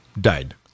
died